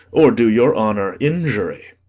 or do your honour injury.